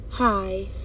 Hi